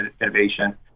innovation